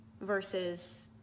versus